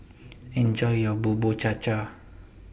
Enjoy your Bubur Cha Cha